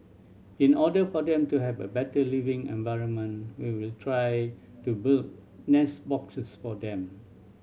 in order for them to have a better living environment we will try to build nest boxes for them